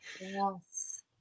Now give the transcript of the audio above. Yes